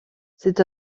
c’est